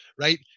Right